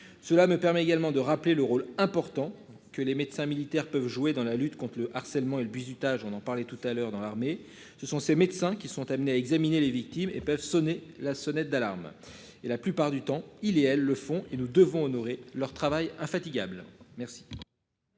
Cela me permet également de rappeler le rôle important que les médecins militaires peuvent jouer dans la lutte contre le harcèlement et le bizutage. On en parlait tout à l'heure dans l'armée. Ce sont ces médecins qui sont amenés à examiner les victimes et peuvent sonné la sonnette d'alarme et la plupart du temps il et elles le font et nous devons honorer leur travail infatigable merci.